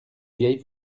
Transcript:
vieille